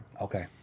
okay